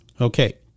Okay